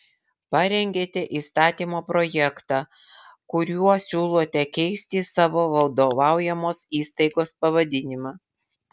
parengėte įstatymo projektą kuriuo siūlote keisti savo vadovaujamos įstaigos pavadinimą